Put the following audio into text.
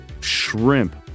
shrimp